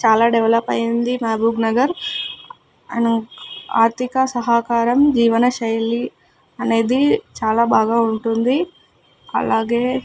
చాలా డెవలప్ అయింది మహబూబ్నగర్ ఆన్ ఆర్థిక సహకారం జీవనశైలి అనేది చాలా బాగా ఉంటుంది అలాగే